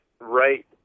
right